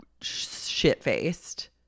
shit-faced